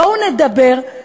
בואו נדבר.